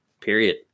period